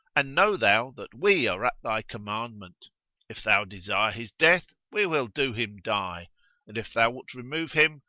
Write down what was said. and know thou that we are at thy commandment if thou desire his death, we will do him die and if thou wilt remove him,